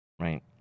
Right